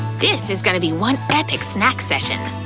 this is gonna be one epic snack session.